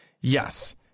yes